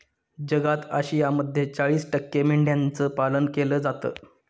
जगात आशियामध्ये चाळीस टक्के मेंढ्यांचं पालन केलं जातं